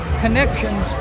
connections